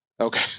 Okay